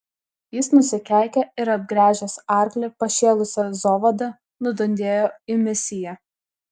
jis nusikeikė ir apgręžęs arklį pašėlusia zovada nudundėjo į misiją